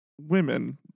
women